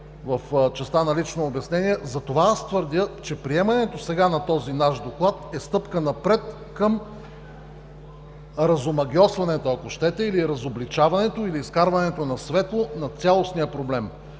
в частта на лично обяснение: затова аз твърдя, че приемането сега на този наш доклад е стъпка напред към разомагьосването, или разобличаването, или изкарването на светло на цялостния проблем.